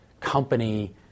company